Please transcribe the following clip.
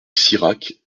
sirac